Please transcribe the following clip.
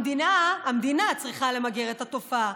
המדינה צריכה למגר את התופעה.